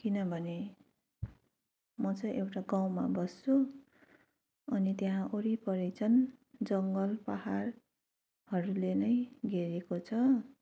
किनभने म चाहिँ एउटा गाउँमा बस्छु अनि त्यहाँ वरिपरि चाहिँ जङ्गल पहाडहरूले नै घेरेको छ